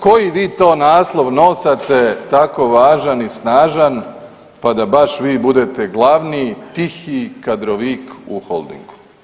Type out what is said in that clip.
Koji vi to naslov nosate tako važan i snažan pa da baš vi budete glavni, tihi kadrovik u Holdingu?